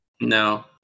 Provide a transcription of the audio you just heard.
No